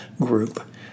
Group